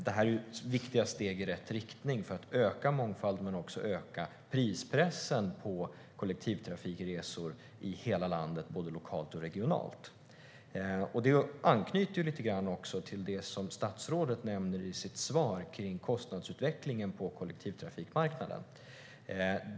Detta är viktiga steg i rätt riktning för att öka mångfalden men också öka prispressen på kollektivtrafikresor i hela landet, både lokalt och regionalt. Det anknyter också lite grann till det statsrådet nämner i sitt svar om kostnadsutvecklingen på kollektivtrafikmarknaden.